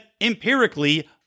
empirically